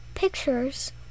pictures